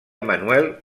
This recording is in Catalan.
manuel